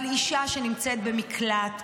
אבל אישה שנמצאת במקלט,